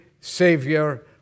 Savior